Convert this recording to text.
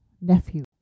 nephew